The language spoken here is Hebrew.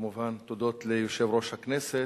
כמובן תודות ליושב-ראש הכנסת,